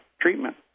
treatment